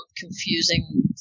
confusing